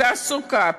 תעסוקה,